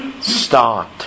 Start